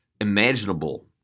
imaginable